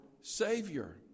Savior